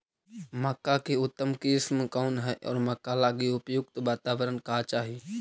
मक्का की उतम किस्म कौन है और मक्का लागि उपयुक्त बाताबरण का चाही?